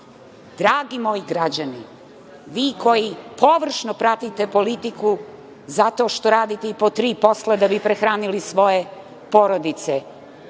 moji građani, vi koji površno pratite politiku zato što radite i po tri posla da bi prehranili svoje porodice